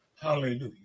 hallelujah